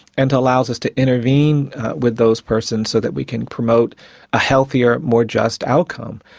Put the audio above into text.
and allows us to intervene with those persons so that we can promote a healthier, more just outcome,